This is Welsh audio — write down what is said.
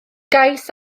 gais